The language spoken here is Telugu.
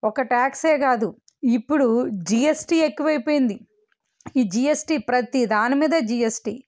ఒక టాక్స్ ఏ కాదు ఇప్పుడు జిఎస్టి ఎక్కువ అయిపోయింది ఈ జిఎస్టి ప్రతి దాని మీద జిఎస్టి